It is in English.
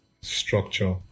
structure